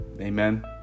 Amen